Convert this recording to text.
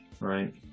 right